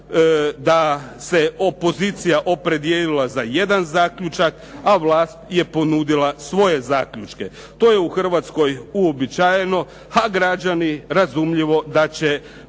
da se opozicija opredijelila za jedan zaključak, a vlas je ponudila svoje zaključke. To je u Hrvatskoj uobičajeno, a građani razumljivo da će